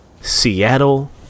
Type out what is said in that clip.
Seattle